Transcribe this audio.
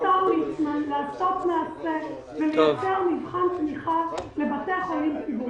השר ליצמן לעשות מעשה ולייצר מבחן תמיכה לבתי חולים ציבוריים.